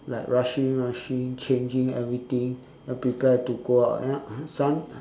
like rushing rushing changing everything and prepare to go out and sun